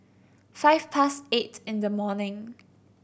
five past eight in the morning